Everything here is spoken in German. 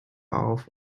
auf